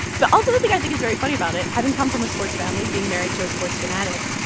but also the thing i think is very funny about it having come from a sports family, being married to a sports fanatic,